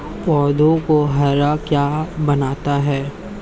पौधों को हरा क्या बनाता है?